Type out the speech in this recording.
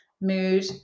mood